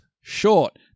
short